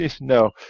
No